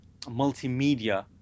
multimedia